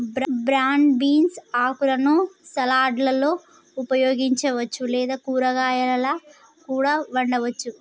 broad beans ఆకులను సలాడ్లలో ఉపయోగించవచ్చు లేదా కూరగాయాలా కూడా వండవచ్చు